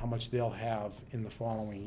how much they'll have in the following